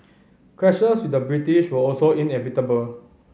clashes with the British were also inevitable